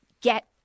get